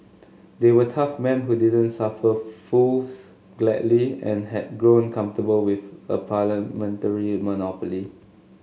they were tough men who didn't suffer fools gladly and had grown comfortable with a parliamentary monopoly